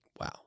wow